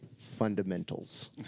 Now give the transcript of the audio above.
fundamentals